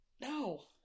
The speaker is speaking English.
No